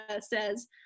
says